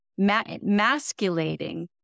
masculating